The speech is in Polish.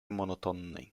monotonnej